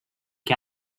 què